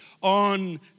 on